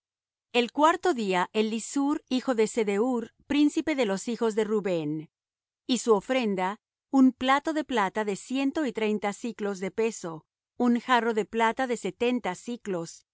el cuarto día elisur hijo de sedeur príncipe de los hijos de rubén y su ofrenda un plato de plata de ciento y treinta siclos de peso un jarro de plata de setenta siclos